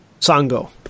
Sango